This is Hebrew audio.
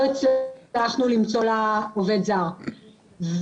לא הצלחנו למצוא לה עובד זר ובאמת,